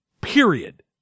period